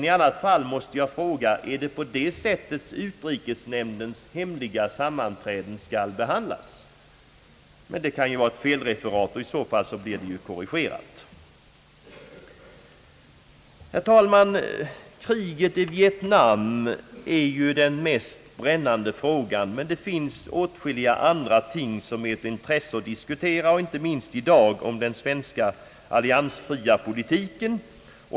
I annat fall måste jag fråga: Är det på det sättet utrikesnämndens hemliga sammanträden skall behandlas? Herr talman! Kriget i Vietnam är den mest brännande frågan, men det finns åtskilliga andra ting som är av intresse att diskutera — inte minst i dag — i fråga om den svenska alliansfria politiken.